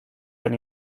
del